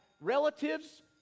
relatives